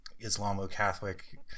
Islamo-Catholic